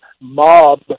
mob